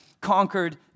conquered